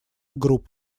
групп